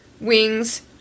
Wings